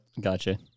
gotcha